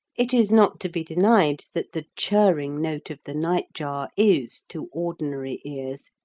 it is not to be denied that the churring note of the nightjar is, to ordinary ears,